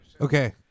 Okay